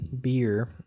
beer